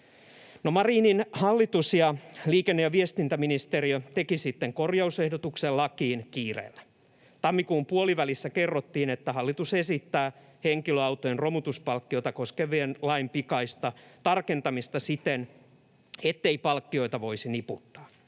Marinin hallitus ja liikenne- ja viestintäministeriö tekivät sitten korjausehdotuksen lakiin kiireellä. Tammikuun puolivälissä kerrottiin, että hallitus esittää henkilöautojen romutuspalkkiota koskevan lain pikaista tarkentamista siten, ettei palkkioita voisi niputtaa.